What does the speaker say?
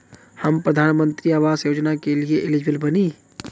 हम प्रधानमंत्री आवास योजना के लिए एलिजिबल बनी?